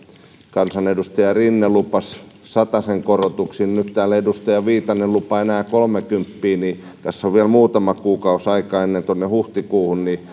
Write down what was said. kansanedustaja rinne lupasi satasen korotuksen mutta nyt täällä edustaja viitanen lupaa enää kolmekymppiä ja kun tässä on vielä muutama kuukausi aikaa huhtikuuhun niin